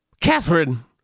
Catherine